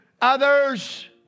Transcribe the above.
others